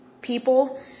people